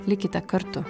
likite kartu